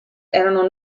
erano